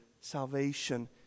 Salvation